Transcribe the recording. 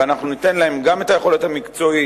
ואנחנו ניתן להם גם את היכולת המקצועית,